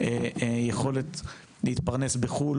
יכולת להתפרנס בחו"ל,